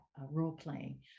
role-playing